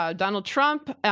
ah donald trump,